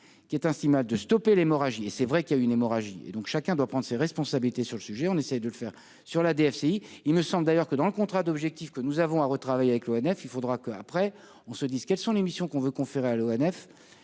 qui est un cinéma de stopper l'hémorragie, et c'est vrai qu'il y a eu une hémorragie et donc chacun doit prendre ses responsabilités sur le sujet, on essaye de le faire sur la DSI, il me semble d'ailleurs que dans le contrat d'objectifs que nous avons à retravailler avec l'ONF, il faudra que, après, on se dise quelles sont les missions qu'on veut conférer à l'ONF